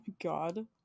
god